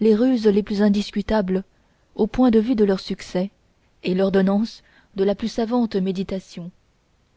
les ruses les plus indiscutables au point de vue de leur succès et l'ordonnance de la plus savante méditation